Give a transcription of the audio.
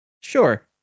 Sure